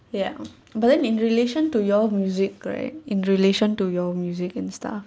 ya but then in relation to your music right in relation to your music and stuff